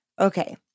Okay